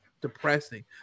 depressing